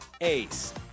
ACE